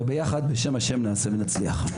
וביחד בשם השם נעשה ונצליח.